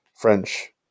French